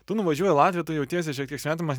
tu nuvažiuoji į latviją tu jautiesi šiek tiek svetimas